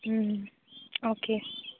अं okay